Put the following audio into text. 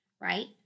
right